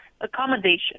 accommodation